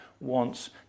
wants